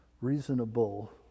reasonable